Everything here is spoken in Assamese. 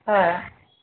হয়